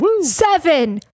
Seven